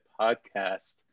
podcast